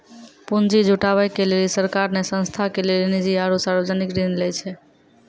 पुन्जी जुटावे के लेली सरकार ने संस्था के लेली निजी आरू सर्वजनिक ऋण लै छै